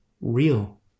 real